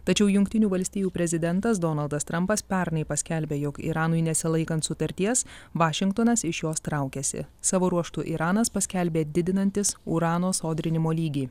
tačiau jungtinių valstijų prezidentas donaldas trampas pernai paskelbė jog iranui nesilaikant sutarties vašingtonas iš jos traukiasi savo ruožtu iranas paskelbė didinantis urano sodrinimo lygį